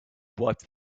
wiped